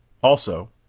also,